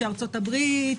ארצות הברית,